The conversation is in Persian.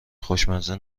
خوشمزه